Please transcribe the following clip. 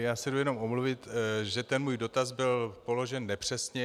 Já se jdu jenom omluvit, že můj dotaz byl položen nepřesně.